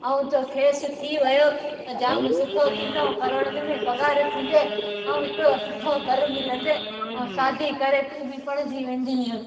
ऐं जो खेसि थी वियो त जाम सुठो थींदो करोड़नि में पघार थींदे ऐं हिकिड़ो सुठो घरु मिलंदे ऐं शादी करे तूं बि पणिजी वेंदीअ